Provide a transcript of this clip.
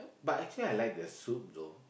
but actually I like the soup though